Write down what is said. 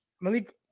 Malik